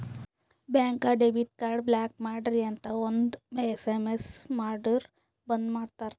ಬ್ಯಾಂಕ್ಗ debit card block ಮಾಡ್ರಿ ಅಂತ್ ಒಂದ್ ಎಸ್.ಎಮ್.ಎಸ್ ಮಾಡುರ್ ಬಂದ್ ಮಾಡ್ತಾರ